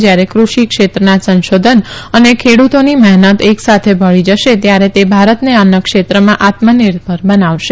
જ્યારે કૃષિ ક્ષેત્રના સંશોધન અને ખેડૂતોની મહેનત એકસાથે ભળી જશે ત્યારે તે ભારતને અન્નક્ષેત્રમાં આત્મનિર્ભર બનાવશે